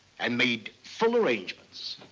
and made full arrangements.